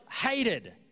hated